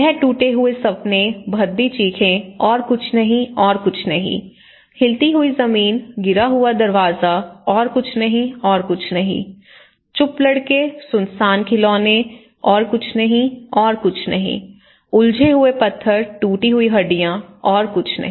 वह टूटे हुए सपने भद्दी चीखें और कुछ नहीं और कुछ नहीं हिलती हुई जमीन गिरा हुआ दरवाज़ा और कुछ नहीं और कुछ नहीं चुप लड़के सुनसान खिलौने और कुछ नहीं और कुछ नहीं उलझे हुए पत्थर टूटी हड्डियाँ और कुछ नहीं